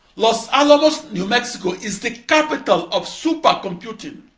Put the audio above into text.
los alamos, new mexico is the capital of supercomputing.